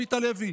עמית הלוי?